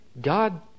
God